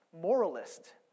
moralist